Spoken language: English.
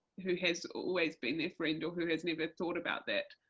who has always been a friend, or who has never thought about that,